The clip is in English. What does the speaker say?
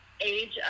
age